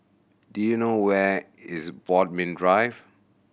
do you know where is Bodmin Drive